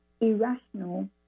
irrational